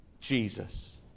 Jesus